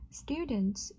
students